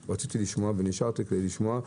נשארתי כדי לשמוע.